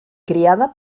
criada